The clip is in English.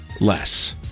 less